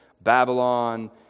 Babylon